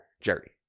Jerry